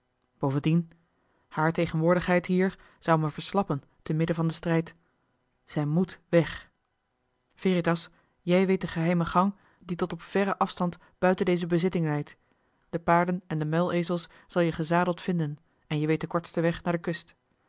bovendien haar tegenwoordigheid hier zou me verslappen te midden van den strijd zij moet weg veritas jij weet de geheime gang die tot op verren afstand buiten deze bezitting leidt de paarden en de muilezels zal je gezadeld vinden en je weet den kortsten weg naar de kust